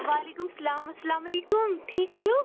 وعلیکُم سَلام اسلام علیکُم ٹھیٖک چھِو